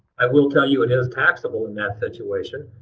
i will tell you it is taxable in that situation,